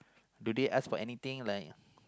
do they ask for anything like